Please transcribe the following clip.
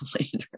later